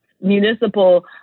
municipal